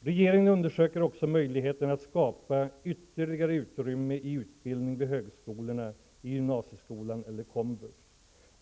Regeringen undersöker också möjligheten att skapa ytterligare utrymme för utbildning vid högskolorna, i gymnasieskolan eller komvux.